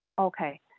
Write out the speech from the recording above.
Okay